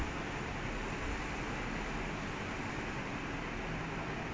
dude you don't need you just need twenty thousand ten thousand is more than enough already